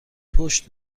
پشت